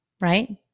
right